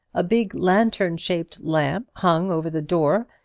a big lantern-shaped lamp hung over the door,